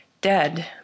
Dead